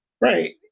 Right